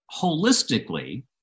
holistically